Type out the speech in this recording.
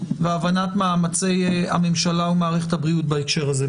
והבנת מאמצי הממשלה ומערכת הבריאות בהקשר הזה.